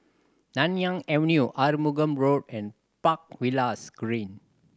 Nanyang Avenue Arumugam Road and Park Villas Green